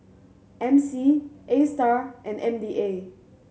MC Astar and M D A